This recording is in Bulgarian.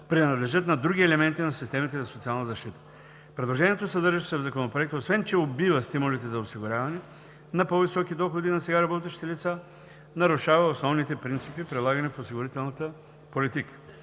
принадлежат на други елементи на системите за социална защита. Предложението, съдържащо се в Законопроекта, освен че „убива“ стимулите за осигуряване на по-високи доходи на сега работещите лица, нарушава основните принципи, прилагани в осигурителната политика.